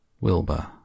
Wilbur